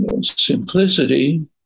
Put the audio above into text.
simplicity